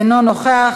אינו נוכח,